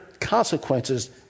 consequences